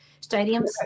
stadiums